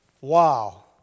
Wow